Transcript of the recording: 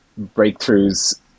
breakthroughs